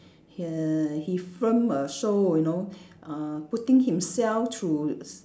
he err he film a show you know uh putting himself through s~